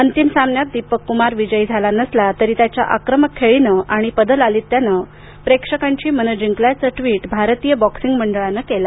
अंतिम सामन्यात दीपक कुमार विजयी झाला नसला तरी त्याच्या आक्रमक खेळीनं आणि पदलालित्यानं प्रेक्षकांची मनं जिंकल्याचं ट्वीट भारतीय बॉक्सिंग मंडळानं केलं आहे